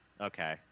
okay